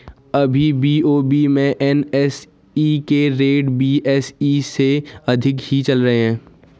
अभी बी.ओ.बी में एन.एस.ई के रेट बी.एस.ई से अधिक ही चल रहे हैं